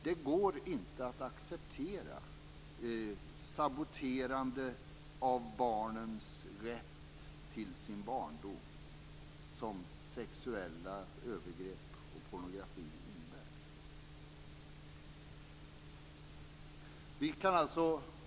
Det går inte att acceptera det saboterande av barnens rätt till sin barndom som sexuella övergrepp och pornografi innebär.